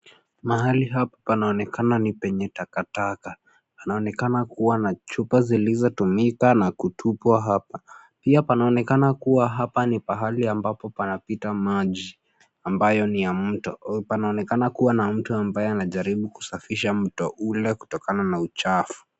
Mahali hapa panaonekana ni penye taka taka. Panaonekana kuwa na chupa zilizotumika na kutupwa hapa. Pia panaonekana kuwa hapa ni pahali ambapo panapita maji, ambayo ni ya mto. Panaonekana kuwa na mtu ambaye anajaribu kusafisha mto ule kutokana na uchafu.